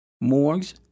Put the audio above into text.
morgues